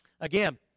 Again